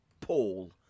Paul